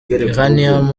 uranium